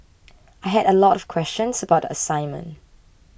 I had a lot of questions about the assignment